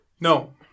No